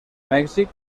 mèxic